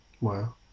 Wow